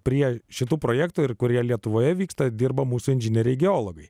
prie šitų projektų ir kurie lietuvoje vyksta dirba mūsų inžinieriai geologai